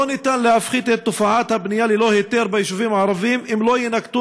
לא ניתן להפחית את תופעת הבנייה ללא היתר ביישובים הערביים אם לא יינקטו